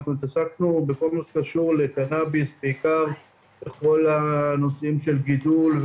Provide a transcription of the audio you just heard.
התעסקנו בכל מה שקשור לקנאביס בנושאים של גידול,